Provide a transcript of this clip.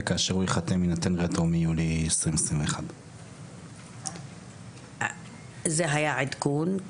וכאשר הוא יחתם הוא יצא מיולי 2021. זה היה עדכון,